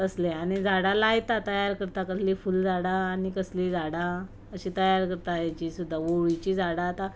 तसलें आनी झाडां लायतात तयार करता कसलीं फुलझाडां आनी कसलीं झाडां अशीं तयार करता हेचीं सुद्दां ओंवळीचीं झाडां आतां